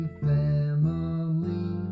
family